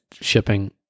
shipping